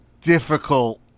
difficult